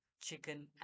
chicken